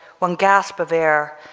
one gasp of air,